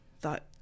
thought